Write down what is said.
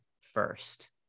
first